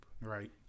Right